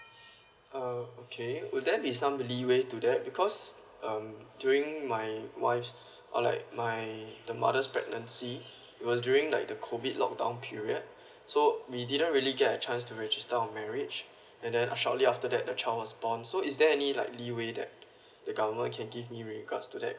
uh okay would there be some way to that because um during my wife's or like my the mother's pregnancy it was during like the COVID lock down period so we didn't really get a chance to register on marriage and then shortly after that the child was born so is there any like way that the government can give me in regards to that